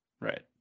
Right